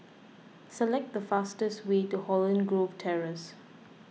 select the fastest way to Holland Grove Terrace